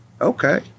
Okay